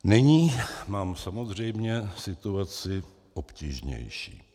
Nyní mám samozřejmě situaci obtížnější.